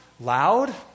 loud